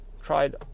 Tried